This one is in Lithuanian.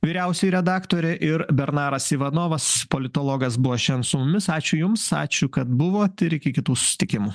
vyriausioji redaktorė ir bernaras ivanovas politologas buvo šiandien su mumis ačiū jums ačiū kad buvot ir iki kitų susitikimų